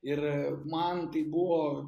ir man tai buvo